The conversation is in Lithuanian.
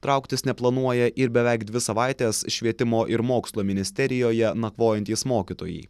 trauktis neplanuoja ir beveik dvi savaites švietimo ir mokslo ministerijoje nakvojantys mokytojai